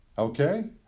Okay